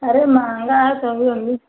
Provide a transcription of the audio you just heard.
अरे महंगा है तो भी उन्नीस